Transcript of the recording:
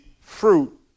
fruit